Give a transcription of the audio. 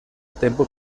tempo